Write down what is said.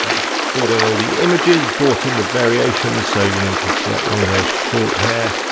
it's brought in all the images, brought in the variations, so you know can select long hair, short hair,